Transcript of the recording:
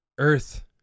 Earth